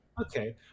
Okay